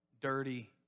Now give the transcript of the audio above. dirty